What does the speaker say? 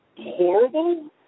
horrible